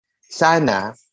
Sana